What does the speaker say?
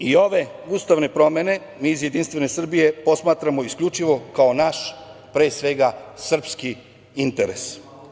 Zato i ove ustavne promene mi iz Jedinstvene Srbije posmatramo isključivo kao naš, pre svega, srpski interes.